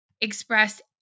expressed